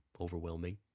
overwhelming